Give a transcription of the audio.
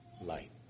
light